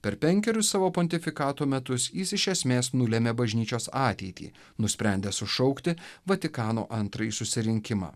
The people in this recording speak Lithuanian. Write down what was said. per penkerius savo pontifikato metus jis iš esmės nulėmė bažnyčios ateitį nusprendė sušaukti vatikano antrąjį susirinkimą